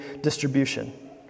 distribution